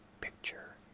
picture